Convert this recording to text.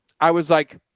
i was like,